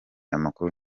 amakuru